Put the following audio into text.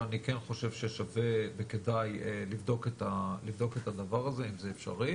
אבל אני כן חושב ששווה וכדאי לבדוק את הדבר הזה אם זה אפשרי.